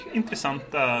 intressanta